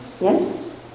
Yes